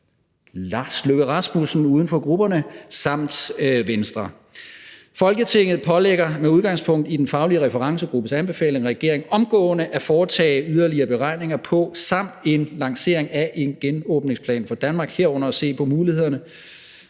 Lars Løkke Rasmussen, uden for grupperne, samt Venstre: Forslag til vedtagelse »Folketinget pålægger, med udgangspunkt i den faglige referencegruppes anbefalinger, regeringen omgående at foretage yderligere beregninger på samt en lancering af en genåbningsplan for Danmark, herunder at se på mulighederne